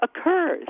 occurs